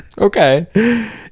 okay